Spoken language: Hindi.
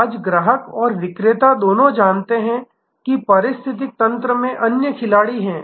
आज ग्राहक और विक्रेता दोनों जानते हैं कि पारिस्थितिकी तंत्र में अन्य खिलाड़ी हैं